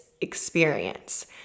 experience